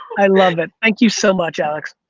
i love it, thank you so much, alex.